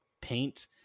paint